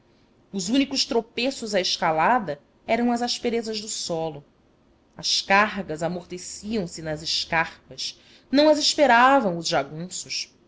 os únicos topreços à escalada eram as asperezas do solo as cargas amorteciam se nas escarpas não as esperavam os jagunços